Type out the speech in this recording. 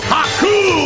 Haku